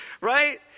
right